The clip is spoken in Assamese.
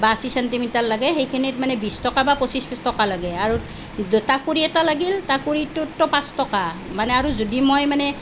বা আশী চেণ্টিমিটাৰ লাগে সেইখিনিত মানে বিশ টকা বা পঁচিছ টকা লাগে আৰু তাকুৰি এটা লাগিল তাকুৰিটোততো পাঁচ টকা মানে আৰু যদি মই মানে